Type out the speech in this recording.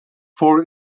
for